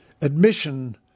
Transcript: admission